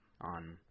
on